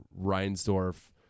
Reinsdorf